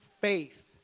faith